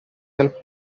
del